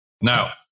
Now